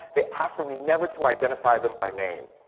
they ask for me never to identify them by name.